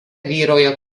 vyrauja